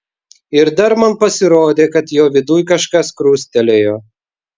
ir dar man pasirodė kad jo viduj kažkas krustelėjo